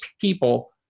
people